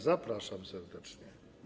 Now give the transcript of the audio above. Zapraszam serdecznie.